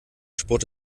sport